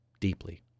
deeply